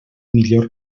millor